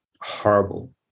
horrible